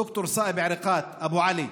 ד"ר סאיב עריקאת אבו עלי,